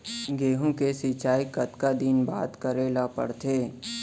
गेहूँ के सिंचाई कतका दिन बाद करे ला पड़थे?